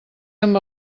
amb